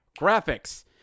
graphics